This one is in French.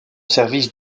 service